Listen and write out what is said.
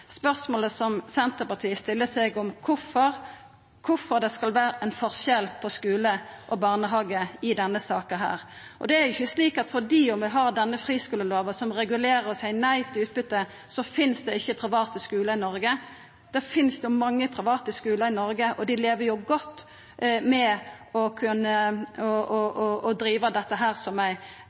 Spørsmålet som Senterpartiet stiller seg, er kvifor det skal vera ein forskjell på skule og barnehage i denne saka. Det er ikkje slik at fordi vi har denne friskulelova som regulerer og seier nei til utbyte, så finst det ikkje private skular i Noreg. Det finst mange private skular i Noreg, og dei lever godt med å driva dette som ei næring, viss ein skal bruka det omgrepet. Å seia at å innføra ei